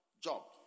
job